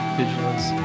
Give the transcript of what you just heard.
vigilance